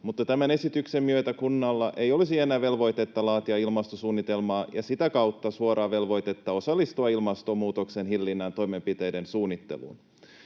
tämän esityksen myötä kunnalla ei olisi enää velvoitetta laatia ilmastosuunnitelmaa ja sitä kautta suoraa velvoitetta osallistua ilmastonmuutoksen hillinnän toimenpiteiden suunnitteluun.